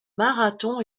marathon